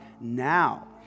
now